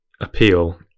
appeal